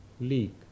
leak